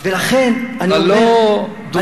אבל לא דו-שיח.